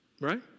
Right